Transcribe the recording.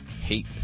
Hate